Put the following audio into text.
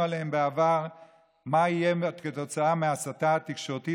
עליהם בעבר מה יהיה כתוצאה מההסתה התקשורתית,